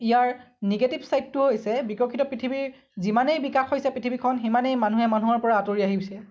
ইয়াৰ negative চাইদটো হৈছে বিকশিত পৃথিৱীৰ যিমানেই বিকাশ হৈছে পৃথিৱীখন সিমানেই মানুহে মানুহৰ পৰা আতৰি আহিছে